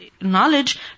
knowledge